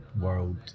world